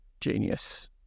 genius